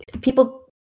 People